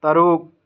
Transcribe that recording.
ꯇꯔꯨꯛ